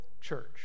church